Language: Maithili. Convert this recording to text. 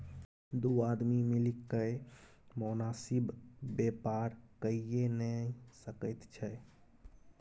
दू आदमी मिलिकए मोनासिब बेपार कइये नै सकैत छै